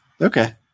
okay